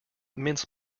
mince